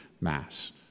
mass